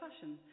fashion